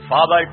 Father